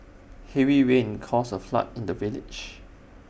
heavy rains caused A flood in the village